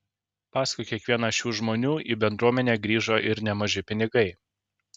paskui kiekvieną šių žmonių į bendruomenę grįžo ir nemaži pinigai